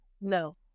No